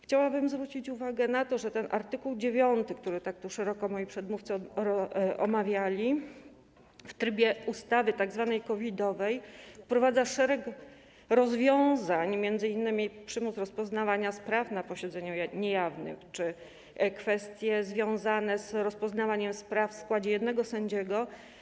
Chciałabym zwrócić uwagę na to, że ten art. 9, który tak szeroko moi przedmówcy omawiali, w trybie tzw. ustawy COVID-owej wprowadza szereg rozwiązań, m.in. przymus rozpoznawania spraw na posiedzeniu niejawnym czy kwestie związane z rozpoznawaniem spraw przez sąd w składzie jednego sędziego.